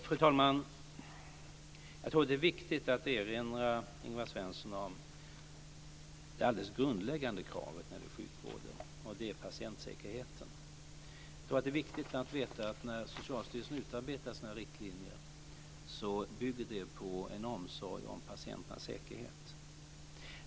Fru talman! Jag tror att det är viktigt att erinra Ingvar Svensson om det alldeles grundläggande kravet när det gäller sjukvården, nämligen patientsäkerheten. Jag tror också att det är viktigt att veta att när Socialstyrelsen utarbetar sina riktlinjer bygger det på en omsorg om patienternas säkerhet.